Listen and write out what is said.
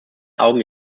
augen